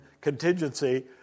contingency